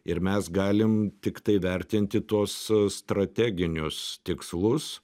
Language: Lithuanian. ir mes galim tiktai vertinti tuos strateginius tikslus